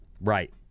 Right